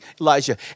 Elijah